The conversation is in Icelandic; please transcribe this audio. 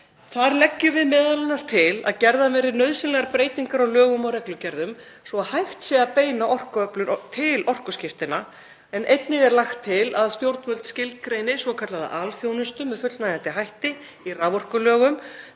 Þar leggjum við m.a. til að gerðar verði nauðsynlegar breytingar á lögum og reglugerðum svo hægt sé að beina orkuöflun til orkuskiptanna. En einnig er lagt til að stjórnvöld skilgreini svokallaða alþjónustu með fullnægjandi hætti í raforkulögum